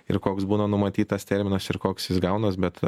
ir koks būna numatytas terminas ir koks gaunas bet